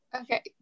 Okay